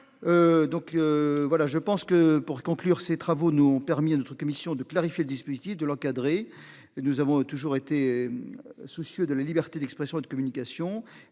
Donc voilà je pense que pour conclure ses travaux nous ont permis à notre commission de clarifier le dispositif de l'encadrer. Nous avons toujours été. Soucieux de la liberté d'expression et de communication